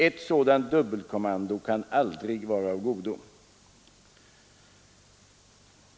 Ett sådant dubbelkommando kan aldrig vara av godo.